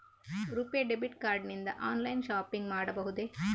RuPay debit card ನಿಂದ online shopping ಮಾಡಬಹುದೇ?